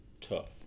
tough